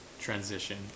transition